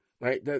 Right